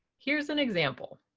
here's an example.